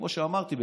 כמו שאמרתי,